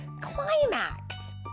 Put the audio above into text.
climax